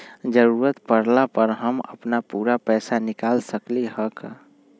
जरूरत परला पर हम अपन पूरा पैसा निकाल सकली ह का?